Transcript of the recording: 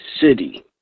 city